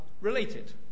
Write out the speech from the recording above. related